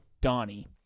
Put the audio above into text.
Donnie